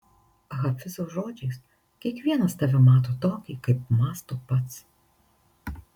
hafizo žodžiais kiekvienas tave mato tokį kaip mąsto pats